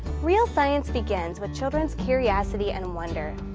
real science begins with children's curiosity and wonder.